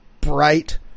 bright